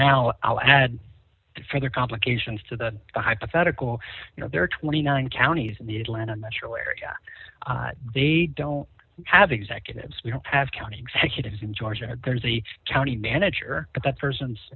now i'll add further complications to the hypothetical you know there are twenty nine counties in the atlanta metro area they don't have executives we don't have county executives in georgia there's a county manager that person's